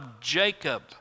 Jacob